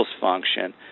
function